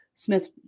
Smith